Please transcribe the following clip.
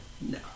No